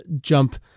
Jump